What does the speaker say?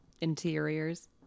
interiors